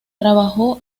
trabajó